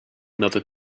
another